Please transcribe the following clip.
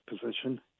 position